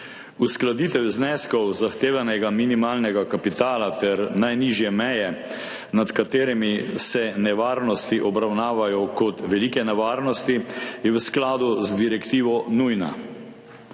Uskladitev zneskov zahtevanega minimalnega kapitala ter najnižje meje, nad katerimi se nevarnosti obravnavajo kot velike nevarnosti, je v skladu z direktivo nujna.